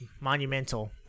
monumental